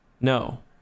no